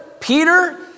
Peter